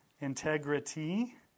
Integrity